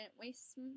waste